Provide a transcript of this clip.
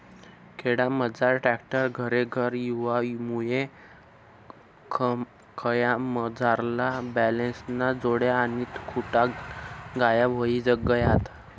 खेडामझार ट्रॅक्टर घरेघर येवामुये खयामझारला बैलेस्न्या जोड्या आणि खुटा गायब व्हयी गयात